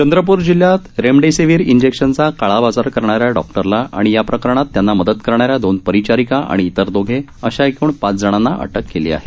चंद्रपूर जिल्ह्यात रेमडेसिव्हिर इंजेक्शनचा काळाबाजार करणाऱ्या डॉक्टरला आणि या प्रकरणात त्यांना मदत करणाऱ्या दोन परिचारिका आणि इतर दोघे अशा एकूण पाच जणांना अटक करण्यात आली आहे